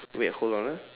wait hold on ah